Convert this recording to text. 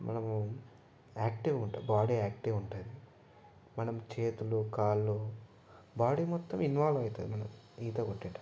మనము యాక్టివ్ ఉంటాం body active ఉంటుంది మనం చేతులు కాళ్ళు బాడీ మొత్తం ఇన్వాల్వ్ అవుతుంది ఈత కొట్టేటప్పుడు